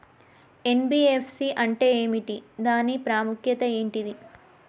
NBFC అంటే ఏమిటి దాని ప్రాముఖ్యత ఏంటిది?